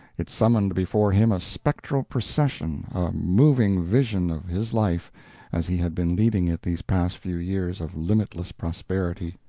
it summoned before him a spectral procession, a moving vision of his life as he had been leading it these past few years of limitless prosperity,